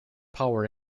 power